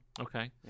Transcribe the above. Okay